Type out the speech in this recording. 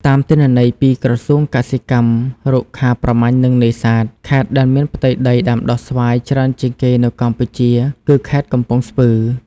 តាមទិន្នន័យពីក្រសួងកសិកម្ម រុក្ខាប្រមាញ់ និងនេសាទ ខេត្តដែលមានផ្ទៃដីដាំដុះស្វាយច្រើនជាងគេនៅកម្ពុជា គឺខេត្តកំពង់ស្ពឺ។